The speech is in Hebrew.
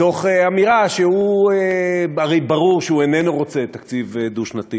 מתוך אמירה שהרי ברור שהוא איננו רוצה תקציב דו-שנתי